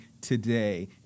today